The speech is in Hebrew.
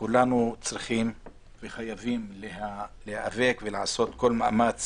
שכולנו צריכים וחייבים להיאבק ולעשות כל מאמץ